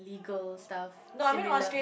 legal stuff similar